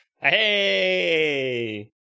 Hey